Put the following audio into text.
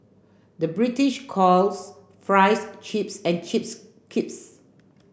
the British calls fries chips and chips crisps